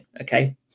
Okay